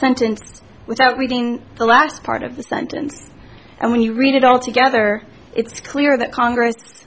sentence without reading the last part of the sentence and when you read it all together it's clear that congress